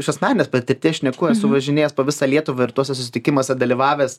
iš asmeninės patirties šneku esu važinėjęs po visą lietuvą ir tuose susitikimuose dalyvavęs